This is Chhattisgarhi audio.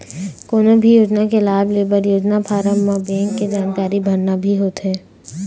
कोनो भी योजना के लाभ लेबर योजना फारम म बेंक के जानकारी भरना भी होथे